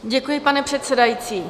Děkuji, pane předsedající.